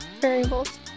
Variables